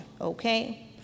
okay